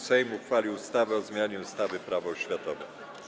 Sejm uchwalił ustawę o zmianie ustawy Prawo oświatowe.